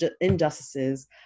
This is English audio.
injustices